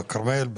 בכרמל,